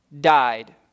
died